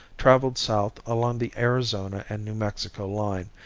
traveled south along the arizona and new mexico line,